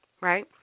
right